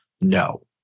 No